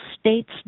states